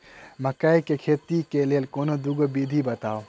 मकई केँ खेती केँ लेल कोनो दुगो विधि बताऊ?